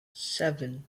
seven